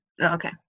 okay